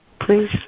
please